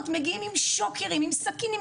מגיעים עם שוקרים וסכינים,